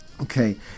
Okay